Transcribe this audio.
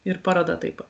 ir paroda taip